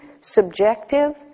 subjective